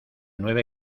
nueve